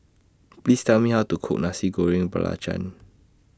Please Tell Me How to Cook Nasi Goreng Belacan